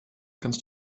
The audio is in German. kannst